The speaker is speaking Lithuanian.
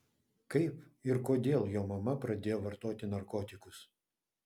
kaip ir kodėl jo mama pradėjo vartoti narkotikus